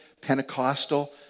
Pentecostal